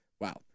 wow